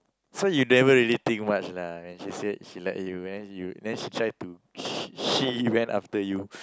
so you never really think much lah when she said she like you then she tried to sh~ she went after you